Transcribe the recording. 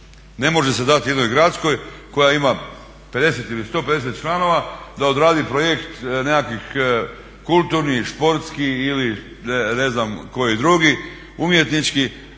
Ne može se dati jednoj gradskoj koja ima 50 ili 150 članova da odradi projekt nekakvih kulturnih, športski ili ne znam koji drugi umjetnički,